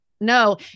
no